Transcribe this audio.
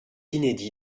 inédit